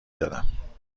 دادم